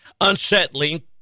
unsettling